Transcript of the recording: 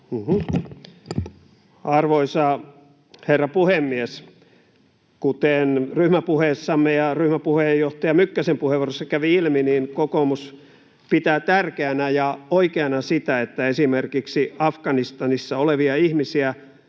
Arvoisa herra puhemies! Kuten ryhmäpuheessamme ja ryhmäpuheenjohtaja Mykkäsen puheenvuorossa kävi ilmi, kokoomus pitää tärkeänä ja oikeana sitä, että esimerkiksi Afganistanissa olevia ihmisiä,